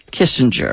Kissinger